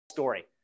story